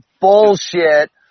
Bullshit